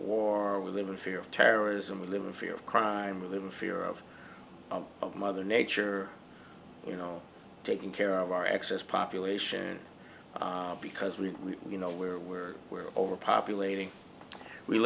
war we live in fear of terrorism we live in fear of crime or live in fear of of mother nature you know taking care of our excess population because we you know where we're overpopulating we